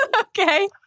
Okay